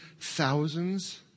thousands